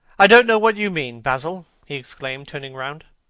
i don't know what you mean, basil, he exclaimed, turning round.